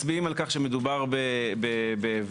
אפשר לתת הצדקה.